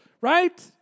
right